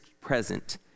present